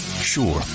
Sure